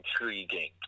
intriguing